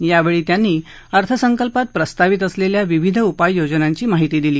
यावळी त्यांनी अर्थसंकल्पात प्रस्तावित असलखिा विविध उपाय योजनांची माहिती दिली